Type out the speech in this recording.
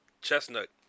Chestnut